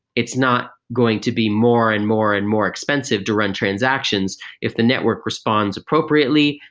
it's not going to be more and more and more expensive to run transactions. if the network responds appropriately,